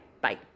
Bye